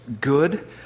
good